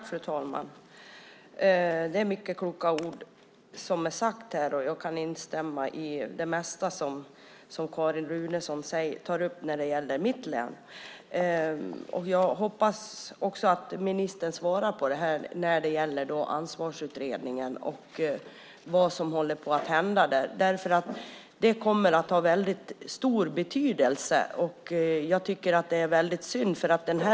Fru talman! Det har sagts många kloka ord. Jag kan instämma i det mesta som Carin Runeson tar upp när det gäller mitt län. Jag hoppas att ministern svarar på frågan om Ansvarsutredningen och vad som håller på att hända där. Det kommer att ha väldigt stor betydelse.